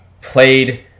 played